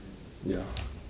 ya